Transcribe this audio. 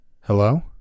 Hello